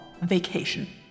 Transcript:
vacation